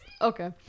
okay